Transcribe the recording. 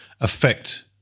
affect